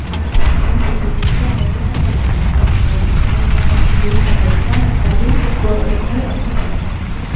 அதுக்கப்புறம் பூ பூத்திருந்துச்சு அதை கூட இப்போ நாங்கள் அதை தலையிலலாம் வச்சுட்டு யூஸ் பண்ணிகிட்டிருக்கோம் எனக்கு மல்லிகைப்பூ பூ கூட ரொம்ப புடிக்கும் எனக்கு